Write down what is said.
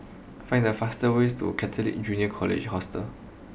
find the fastest way to Catholic Junior College Hostel